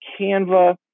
Canva